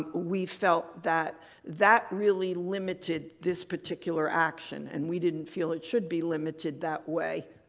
um we felt that that really limited this particular action and we didn't feel it should be limited that way.